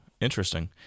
interesting